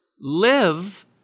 live